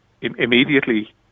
immediately